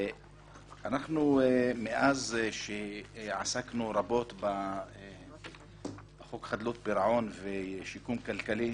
מאז שעסקנו רבות בחוק חדלות פירעון ושיקום כלכלי